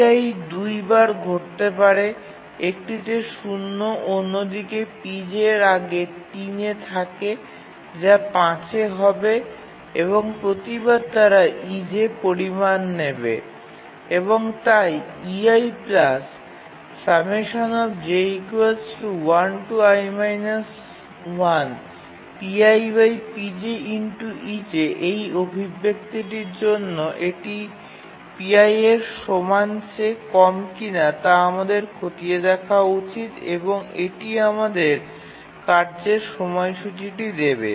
pi ২ বার ঘটতে পারে একটিতে 0 এবং অন্য একটি pj এর আগে ৩ এ থাকে যা ৫ এ হবে এবং প্রতিবার তারা ej পরিমাণ নেবে এবং তাই এই অভিব্যক্তিটির জন্য এটি pi সমান চেয়ে কম কিনা তা আমাদের খতিয়ে দেখা উচিত এবং এটি আমাদের কার্যের সময়সূচীটি দেবে